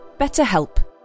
BetterHelp